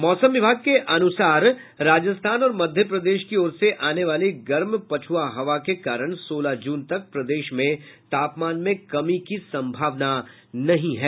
मौसम विभाग के अनुसार राजस्थान और मध्यप्रदेश की ओर से आने वाली गर्म पछुआ हवा के कारण सोलह जून तक प्रदेश में तापमान में कमी की संभावना नहीं है